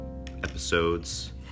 episodes